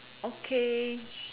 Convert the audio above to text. okay